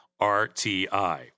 RTI